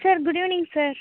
sir good evening sir